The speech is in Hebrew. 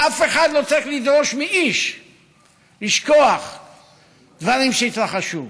אף אחד לא צריך לדרוש מאיש לשכוח דברים שהתרחשו,